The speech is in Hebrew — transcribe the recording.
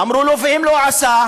אמרו לו: ואם לא עשה?